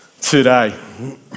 today